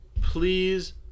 Please